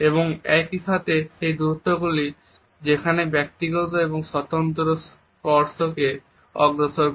এবং একইসাথে সেই দূরত্বগুলিকে ব্যক্তিগত এবং স্বতন্ত্র স্পর্শকে অগ্রসর করে